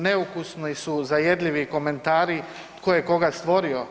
Neukusno su zajedljivi komentari tko je koga stvorio.